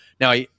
Now